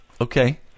Okay